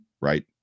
right